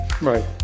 right